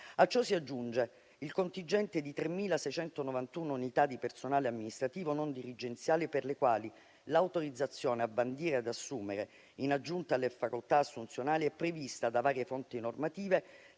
A ciò si aggiunge il contingente di 3.691 unità di personale amministrativo non dirigenziale, per le quali l'autorizzazione a bandire e ad assumere, in aggiunta alle facoltà assunzionali, è prevista da varie fonti normative,